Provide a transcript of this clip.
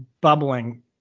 bubbling